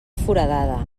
foradada